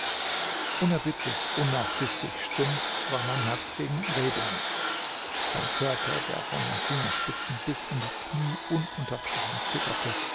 unerbittlich unnachsichtig stumpf war mein herz gegen rebinger sein körper der von den fingerspitzen bis in die knie ununterbrochen zitterte